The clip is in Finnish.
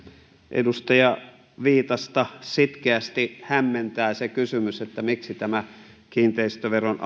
edustaja viitasta sitkeästi hämmentää se kysymys että miksi tämä kiinteistöveron